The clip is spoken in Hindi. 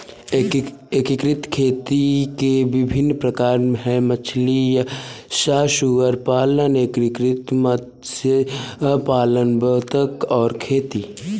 एकीकृत खेती के विभिन्न प्रकार हैं मछली सह सुअर पालन, एकीकृत मत्स्य पालन बतख और खेती